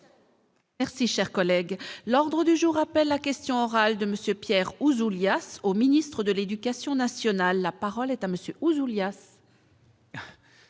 Merci, cher collègue, l'ordre du jour appelle la question orale de Monsieur Pierre Ouzoulias au ministre de l'Éducation nationale la parole est à monsieur Ouzoulias.